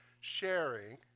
sharing